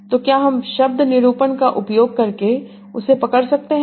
तो क्या हम शब्द निरूपण का उपयोग करके उसे पकड़ सकते हैं